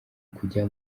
kujya